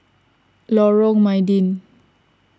Lorong Mydin